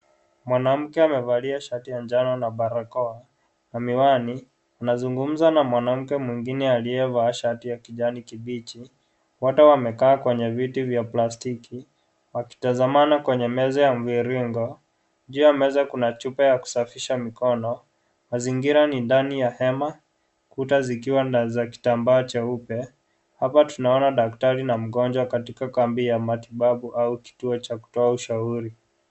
Mwanamke amevalia shati ya njano na barakoa na miwani. Anazungumza na mwanamke mwingine aliyevaa shati ya kijani kibichi. Wote wamekaa kwenye viti vya plastiki, wakitazamana kwenye meza ya mviringo. Juu ya meza kuna chupa ya kusafisha mikono. Mazingira ni ndani ya hema kuta zikiwa na za kitambaa cheupe. Hapa tunaona daktari na mgonjwa katika kambi ya matibabu au kituo cha kutoa ushauri.